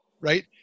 right